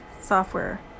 software